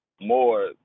More